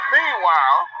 Meanwhile